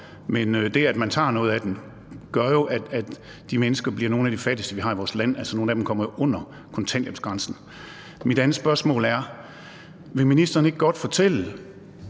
Men det, at man tager noget af dem, gør jo, at de mennesker bliver nogle af de fattigste, vi har i vores land. Altså, nogle af dem kommer jo under kontanthjælpsgrænsen. Mit andet spørgsmål er: Vil ministeren ikke godt fortælle